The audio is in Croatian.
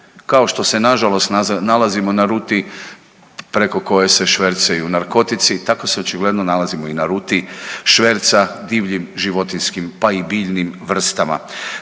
kao što se nažalost nalazimo na ruti preko koje se švercaju narkotici tako se očigledno nalazimo i na ruti šverca divljim životinjskim pa i biljnim vrstama.